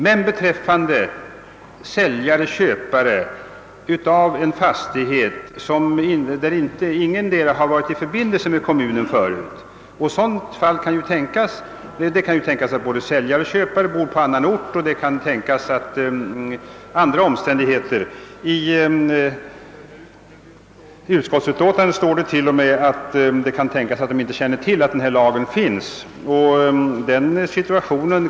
Men beträffande säljare och köpare som inte tidigare varit i förbindelse med kommunen är förhållandet ett annat. Det kan tänkas att både säljare och köpare bor på annan ort; i utlåtandet ifrågasättes t.o.m. att de inte känner till att lagen existerar.